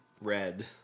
red